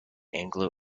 anglo